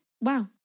wow